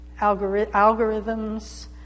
algorithms